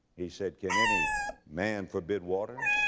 he said, can any man forbid water,